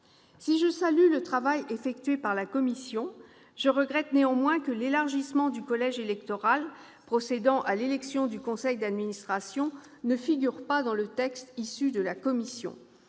Si je salue le travail réalisé par la commission, je déplore néanmoins que l'élargissement du collège électoral procédant à l'élection du conseil d'administration ne figure pas dans le texte issu des travaux de la commission.